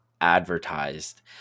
advertised